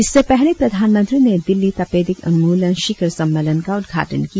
इससे पहले प्रधानमंत्री ने दिल्ली तपेदिक उन्मूलन शिखर सम्मेलन का उद्घाटन किया